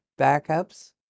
backups